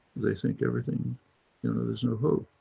they think everything you know, there's no hope.